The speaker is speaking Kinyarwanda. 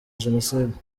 jenoside